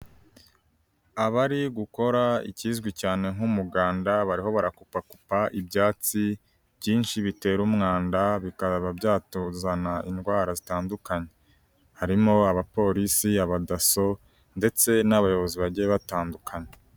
Abari gukora ikizwi cyane nk'umuganda bariho barakupakupa ibyatsi byinshi bitera umwanda bikaba byatuzanira indwara zitandukanye, harimo Abapolisi, Abadasso, ndetse n'abayobozi bagiye batandukanye.